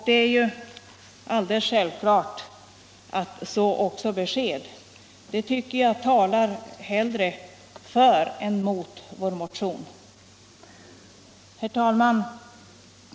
Det är alldeles självklart att så bör ske, och det tycker jag snarare talar för än emot vår motion. Herr talman!